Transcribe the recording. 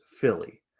Philly